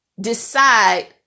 decide